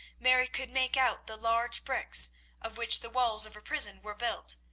mary could make out the large bricks of which the walls of her prison were built,